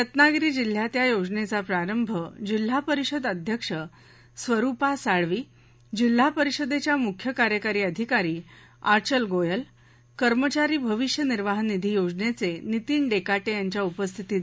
रत्नागिरी जिल्ह्यात या योजनेचा प्रारंभ जिल्हा परिषद अध्यक्ष स्वरूपा साळवी जिल्हा परिषदेच्या मुख्य कार्यकारी अधिकारी आँचल गोयल कर्मचारी भविष्य निर्वाह निधी योजनेचे नितीन डेकाटे यांच्या उपस्थितीत झाला